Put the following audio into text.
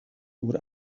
nur